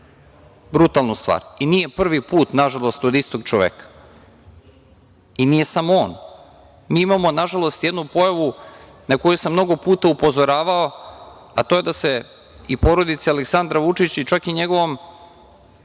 brutalnu stvar i nije prvi put, nažalost, od istog čoveka. I nije samo on. Mi imamo, nažalost, jednu pojavu na koju sam mnogo puta upozoravao, a to je da se i porodici Aleksandra Vučića, čak i njegovom